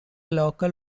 local